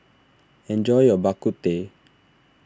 enjoy your Bak Kut Teh